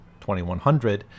2100